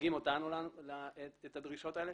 ומציגים לנו את הדרישות האלה.